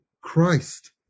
Christ